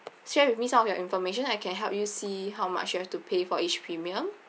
share with me some of your information I can help you see how much you have to pay for each premium